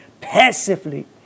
passively